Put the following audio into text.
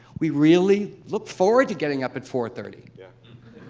we really look forward to getting up at four thirty. yeah